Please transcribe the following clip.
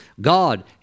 god